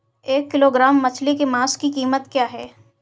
एक किलोग्राम मछली के मांस की कीमत क्या है?